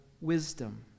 wisdom